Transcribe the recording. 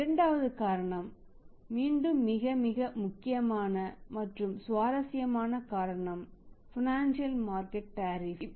இரண்டாவது காரணம் மீண்டும் மிக மிக முக்கியமான மற்றும் சுவாரஸ்யமான காரணம் பைனான்சியல் மார்க்கெட் டெரிப்